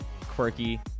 Quirky